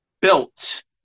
built